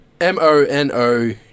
m-o-n-o